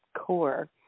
core